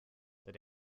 that